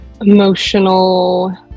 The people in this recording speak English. emotional